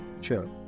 Sure